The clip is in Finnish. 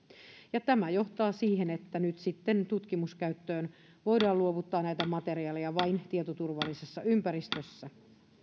ja tämä johtaa siihen että nyt sitten tutkimuskäyttöön voidaan luovuttaa näitä materiaaleja vain tietoturvallisessa ympäristössä